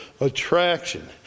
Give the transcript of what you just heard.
attraction